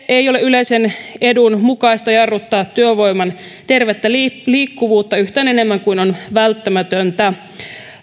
ei ole yleisen edun mukaista jarruttaa työvoiman tervettä liikkuvuutta yhtään enemmän kuin on välttämätöntä